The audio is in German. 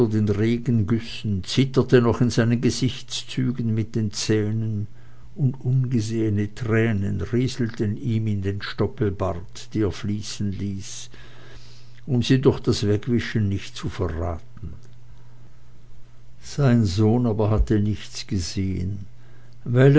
den regengüssen zitterte noch in seinen gesichtszügen und mit den zähnen und ungesehene tränen rieselten ihm in den stoppelbart die er fließen ließ um sie durch das wegwischen nicht zu verraten sein sohn hatte aber nichts gesehen weil